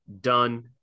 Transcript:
done